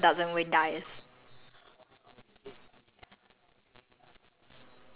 ya you have to win the fight then like whoever whoever doesn't win dies